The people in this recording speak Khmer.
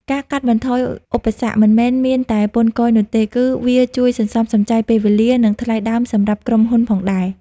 ការកាត់បន្ថយឧបសគ្គមិនមែនមានតែពន្ធគយនោះទេ គឺវាជួយសន្សំសំចៃពេលវេលា និងថ្លៃដើមសម្រាប់ក្រុមហ៊ុនផងដែរ។